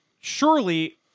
Surely